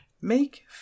make